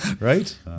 Right